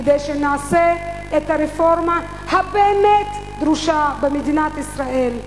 כדי שנעשה את הרפורמה הבאמת דרושה במדינת ישראל,